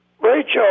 Rachel